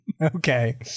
Okay